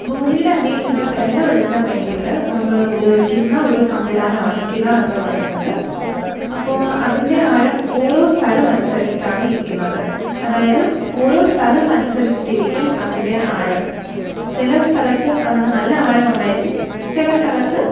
ഭൂമിയുടെ അടിയിൽ നിന്ന് വെള്ളം എടുക്കാൻ വേണ്ടിയിട്ട് നമ്മൾ ഉപയോഗിക്കുന്ന ഒരു സംവിധാനമാണ് കിണർ എന്ന് പറയുന്നത് അപ്പോൾ അതിന്റെ ആഴം ഓരോ സ്ഥലം അനുസരിച്ചിട്ടാണ് ഇരിക്കുന്നത് അതായത് ഓരോ സ്ഥലം അനുസരിച്ചിട്ടിരിക്കും അതിന്റെ ആഴം ചില സ്ഥലത്ത് അതിനു നല്ല ആഴം ഉണ്ടായിരിക്കും ചില സ്ഥലത്ത്